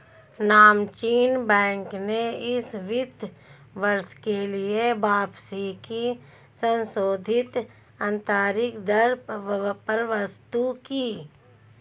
नामचीन बैंक ने इस वित्त वर्ष के लिए वापसी की संशोधित आंतरिक दर प्रस्तुत की